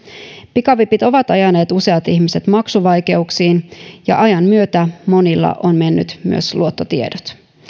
pikavipit ovat ajaneet useat ihmiset maksuvaikeuksiin ja ajan myötä monilla ovat menneet myös luottotiedot